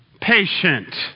patient